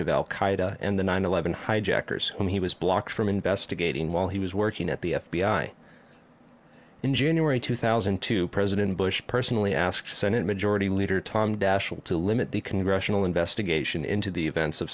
qaeda and the nine eleven hijackers when he was blocked from investigating while he was working at the f b i in january two thousand and two president bush personally asked senate majority leader tom daschle to limit the congressional investigation into the events of